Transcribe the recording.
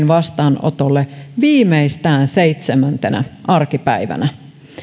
vastaanotolle viimeistään seitsemäntenä arkipäivänä